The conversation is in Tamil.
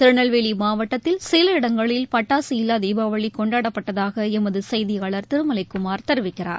திருநெல்வேலிமாவட்டத்தில் சில இடங்களில் பட்டாசு இல்லாதீபாவளிகொண்டாடப்பட்டதாகளமதுசெய்தியாளர் திருமலைக்குமார் தெரிவிக்கிறார்